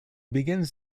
begins